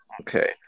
Okay